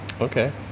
Okay